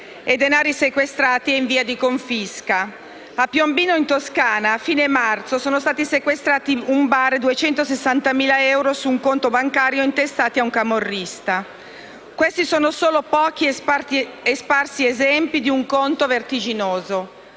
e denari sequestrati e in via di confisca. A Piombino, in Toscana, a fine marzo sono stati sequestrati un bar e 260.000 euro su un conto bancario intestato a un camorrista. Questi sono pochi e sparsi esempi di un conto vertiginoso.